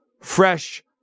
fresh